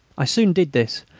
i soon did this,